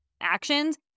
actions